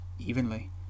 Evenly